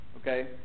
Okay